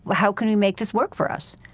how can we make this work for us?